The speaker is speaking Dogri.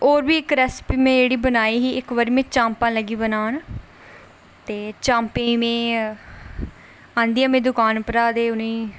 होर बी में इक्क रैसिपी बनाई ही इक्क बारी में चाम्पां लगी बनान ते चाम्पां में आंह्दियां दुकान परा ते